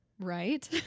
Right